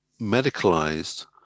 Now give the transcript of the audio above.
medicalized